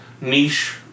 niche